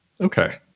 Okay